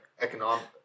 economic